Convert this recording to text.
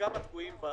לכמה תקועים בצנרת.